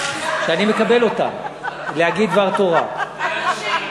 שאני מקבל אותן, להגיד דבר תורה, על נשים.